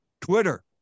Twitter